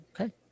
Okay